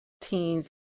teens